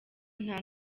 nta